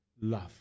love